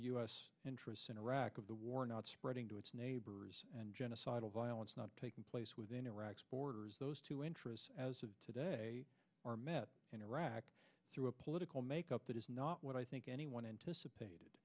s interests in iraq of the war not spreading to its neighbors and genocidal violence not taking place within iraq's borders those two interests as of today are met in iraq through a political makeup that is not what i think anyone anticipated